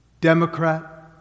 Democrat